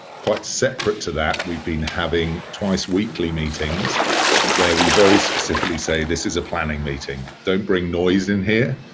quite separate to that, we've been having twice weekly meetings where we very specifically say, this is a planning meeting. don't bring noise in here.